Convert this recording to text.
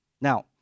Now